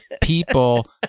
people